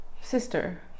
sister